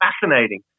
fascinating